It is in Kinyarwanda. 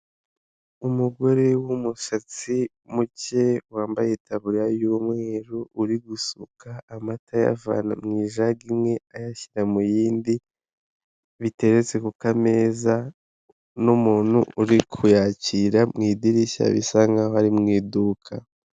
Umugore w'umusatsi muke wambaye itaburiya y'umweru uri gusuka amata ayavana mu ijagi rimwe ayashyira mu yindi, biteretse ku kameza n'umuntu uri kuyakira mu idirishya bisa nkaho ari mu iduka.